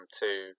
two